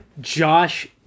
Josh